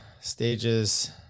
Stages